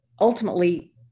ultimately